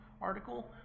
article